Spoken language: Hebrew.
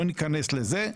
לא ניכנס לזה,